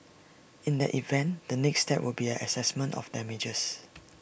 in that event the next step will be the Assessment of damages